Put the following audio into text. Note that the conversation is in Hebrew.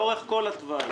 לאורך כל התוואי,